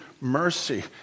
mercy